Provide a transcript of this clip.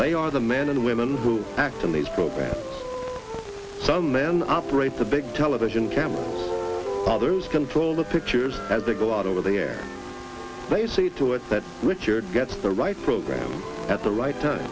they are the men and women who act in these programs some men operate the big television camera others control the pictures as they go out over there they see to it that richard gets the right program at the right time